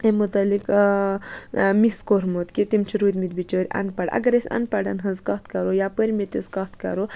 امہِ متعلق مِس کوٚرمُت کہِ تِم چھِ روٗدۍمٕتۍ بِچٲرۍ اَن پَڑ اگر أسۍ اَن پَڑَن ہٕںٛز کَتھ کَرو یا پٔرۍمٕتِس کَتھ کَرو